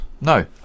No